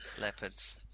leopards